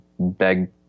beg